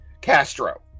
Castro